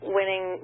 Winning